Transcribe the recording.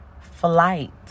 flight